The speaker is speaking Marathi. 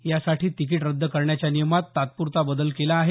यासाठी तिकीट रद्द करण्याच्या नियमात तात्पुरता बदल केला आहे